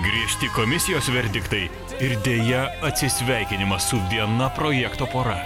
griežti komisijos verdiktai ir deja atsisveikinimas su viena projekto pora